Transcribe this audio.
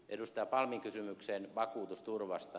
palmin kysymykseen vakuutusturvasta